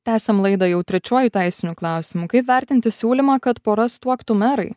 tęsiam laidą jau trečiuoju teisiniu klausimu kaip vertinti siūlymą kad poras tuoktų merai